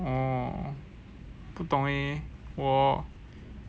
orh 不懂 eh 我